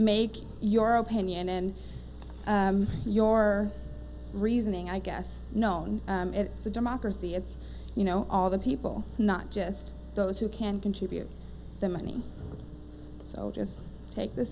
make your opinion and your reasoning i guess no it's a democracy it's you know all the people not just those who can contribute that many so just take the